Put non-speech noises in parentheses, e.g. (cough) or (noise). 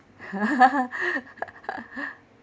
(laughs)